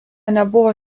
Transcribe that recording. nebuvo